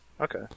Okay